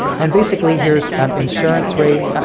and basically here's um insurance rates,